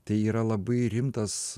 tai yra labai rimtas